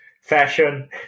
fashion